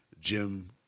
Jim